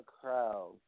crowd